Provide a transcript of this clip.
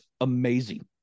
amazing